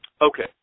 Okay